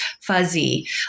fuzzy